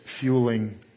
fueling